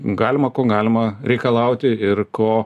galima ko galima reikalauti ir ko